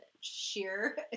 sheer